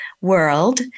world